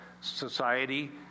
society